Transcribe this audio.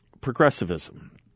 Progressivism